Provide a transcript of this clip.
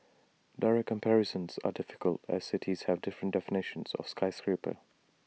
direct comparisons are difficult as cities have different definitions of skyscraper